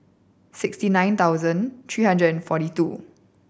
sixty nine thousand three hundred and forty two